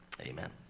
Amen